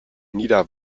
nieder